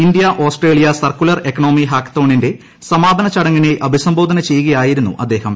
ഇന്തൃ Australia circular economy ഹാക്കത്തോണിന്റെ സമാപന ചടങ്ങിനെ അഭിസംബോധന ചെയ്യുകയായിരുന്നു അദ്ദേഹം